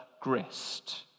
Grist